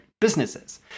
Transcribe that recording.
businesses